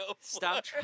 Stop